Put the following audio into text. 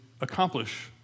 accomplish